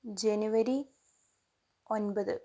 ജനുവരി ഒൻപത്